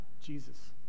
Jesus